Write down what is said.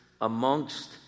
amongst